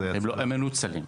הם מנוצלים.